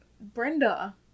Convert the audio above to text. Brenda